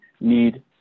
need